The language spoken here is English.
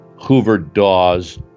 Hoover-Dawes